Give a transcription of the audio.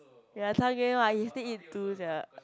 ya target one you still eat two sia